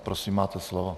Prosím, máte slovo.